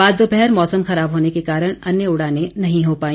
बाद दोपहर मौसम खराब होने के कारण अन्य उड़ानें नहीं हो पाई